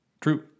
True